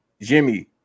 Jimmy